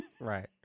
Right